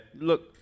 Look